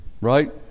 Right